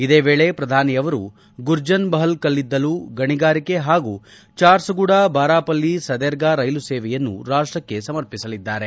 ಇದೇ ವೇಳೆ ಪ್ರಧಾನಿಯವರು ಗರ್ಲನ್ಬಹಲ್ ಕಲ್ಲಿದ್ದಲು ಗಣಿಗಾರಿಕೆ ಹಾಗೂ ಜಾರ್ಸುಗುಡಾ ಬಾರಾಪಲಿ ಸರ್ದೆಗ ರೈಲು ಸೇವೆಯನ್ನು ರಾಷ್ಟಕ್ಕೆ ಸಮರ್ಪಿಸಲಿದ್ದಾರೆ